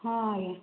ହଁ ଆଜ୍ଞା